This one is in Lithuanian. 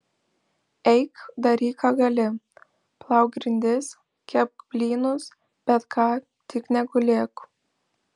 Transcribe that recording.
eik daryk ką gali plauk grindis kepk blynus bet ką tik negulėk